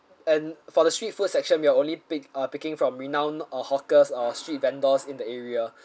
and for the street food section we are only pick uh picking from renowned or hawkers or street vendors in the area